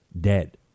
dead